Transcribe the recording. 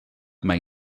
may